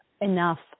enough